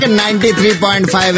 93.5